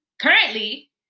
Currently